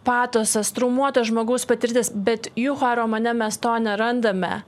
patosas traumuoto žmogaus patirtis bet juha romane mes to nerandame